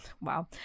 wow